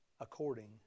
according